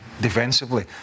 defensively